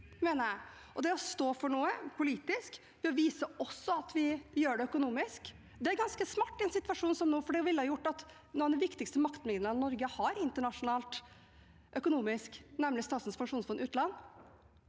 Det å stå for noe politisk og vise at vi også gjør det økonomisk, er ganske smart i en situasjon som nå. Det ville gjort at et av de viktigste maktmidlene Norge har internasjonalt økonomisk sett, nemlig Statens pensjonsfond utland,